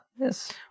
Yes